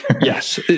Yes